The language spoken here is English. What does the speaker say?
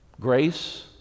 Grace